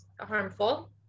harmful